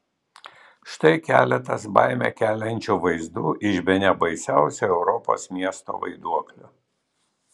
štai keletas baimę keliančių vaizdų iš bene baisiausio europos miesto vaiduoklio